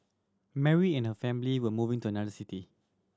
Mary and her family were moving to another city